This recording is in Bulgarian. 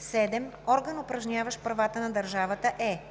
7. „Орган, упражняващ правата на държавата“ е: